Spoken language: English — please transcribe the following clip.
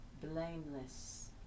blameless